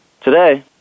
Today